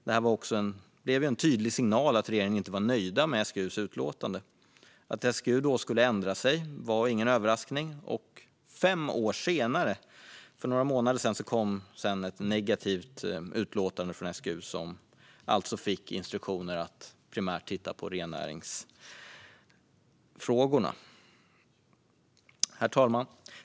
Det blev en tydlig signal om att regeringen inte var nöjd med SGU:s utlåtande. Att SGU då skulle ändra sig var ingen överraskning, och fem år senare, för några månader sedan, kom så ett negativt utlåtande från SGU som alltså fått instruktioner om att primärt titta på rennäringsfrågorna. Herr talman!